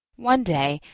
one day,